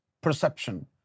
perception